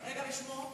רגע, ושמו?